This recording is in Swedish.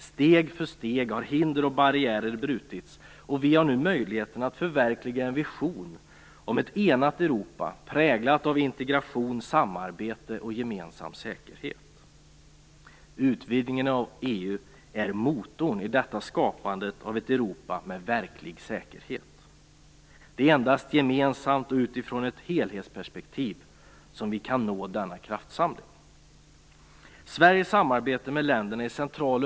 Steg för steg har hinder och barriärer brutits, och vi har nu möjligheten att förverkliga en vision om ett enat Europa, präglat av integration, samarbete och gemensam säkerhet. Utvidgningen av EU är motorn i detta skapande av ett Europa med en verklig säkerhet. Det är endast gemensamt och utifrån ett helhetsperspektiv som vi kan nå denna kraftsamling.